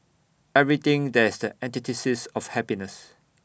everything that is the antithesis of happiness